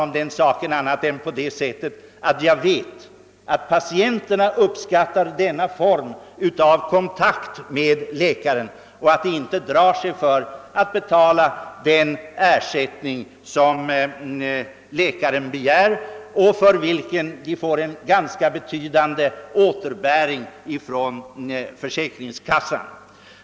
Om den saken skall jag bara säga att jag vet att patienterna uppskattar denna form av kontakt med läkaren och inte drar sig för att betala den ersättning som läkaren begär och för vilken de får en ganska betydande återbäring från försäkringskassan.